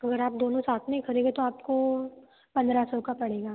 अगर आप दोनों साथ में खरीदो तो आपको पन्द्रह सौ का पड़ेगा